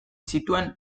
zituen